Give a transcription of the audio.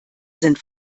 sind